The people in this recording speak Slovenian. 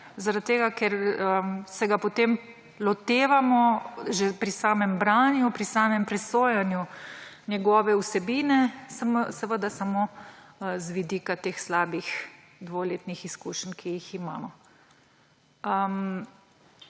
obžalujem, ker se ga potem lotevamo že pri samem branju, pri samem presojanju njegove vsebine samo z vidika teh slabih dvoletnih izkušenj, ki jih imamo.